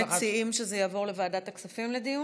אתם מציעים שזה יעבור לוועדת הכספים לדיון?